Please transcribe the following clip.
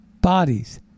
bodies